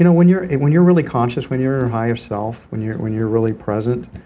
you know when you're when you're really conscious, when you're higher self. when you're when you're really present,